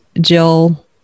Jill